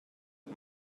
and